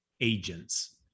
agents